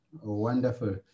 Wonderful